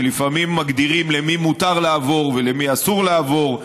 שלפעמים מגדירים למי מותר לעבור ולמי אסור לעבור,